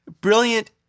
Brilliant